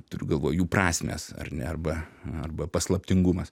turiu galvoj jų prasmės ar ne arba arba paslaptingumas